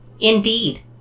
Indeed